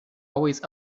always